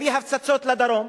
והפצצות לדרום.